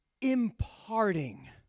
imparting